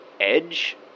Edge